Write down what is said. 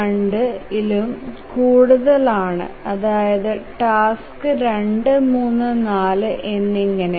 2ഇലും കൂടുതൽ ആണ് അതായത് ടാസ്ക് 2 3 4 എന്നിങ്ങനെ